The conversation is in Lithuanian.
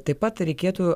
taip pat reikėtų